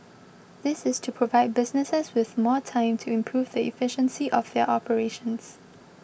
this is to provide businesses with more time to improve the efficiency of their operations